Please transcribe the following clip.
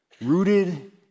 Rooted